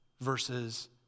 versus